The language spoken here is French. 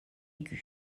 aiguë